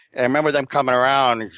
i remember them coming around and